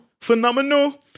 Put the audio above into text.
Phenomenal